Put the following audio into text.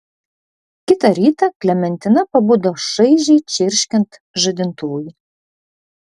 kitą rytą klementina pabudo šaižiai čirškiant žadintuvui